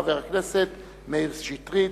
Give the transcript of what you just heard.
חבר הכנסת מאיר שטרית.